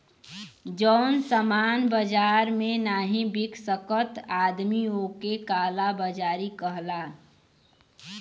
जौन सामान बाजार मे नाही बिक सकत आदमी ओक काला बाजारी कहला